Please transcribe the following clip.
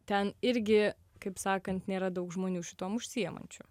ten irgi kaip sakant nėra daug žmonių šituom užsiemančių